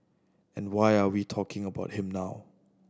and why are we talking about him now